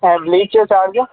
ऐं ब्लीच जो चार्ज